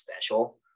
special